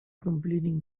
completing